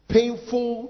Painful